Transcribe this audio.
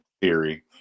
theory